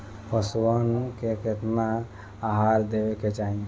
पशुअन के केतना आहार देवे के चाही?